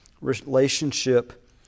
Relationship